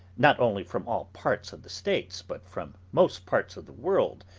not only from all parts of the states, but from most parts of the world,